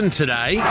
today